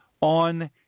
On